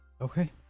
okay